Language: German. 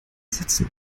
setzen